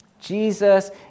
Jesus